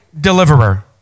deliverer